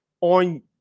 on